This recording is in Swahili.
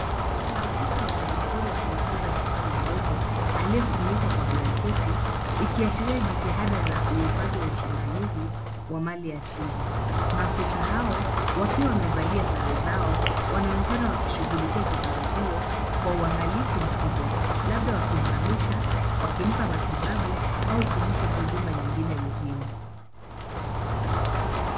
Maafisa wanyamapori wakimtunza kifaru mdogo, aliyefunikwa blanketi , ikiashiria jitihada za uhifadhi wa usimamizi wa mali asili. Maafisa hao wakiwa wamevalia sare zao, wanaonekana wakishughulikia kifaru huyo kwa uangalifu mkubwa, labda wakimhamisha, wakimpa matibabu au kumpa huduma nyingine muhimu.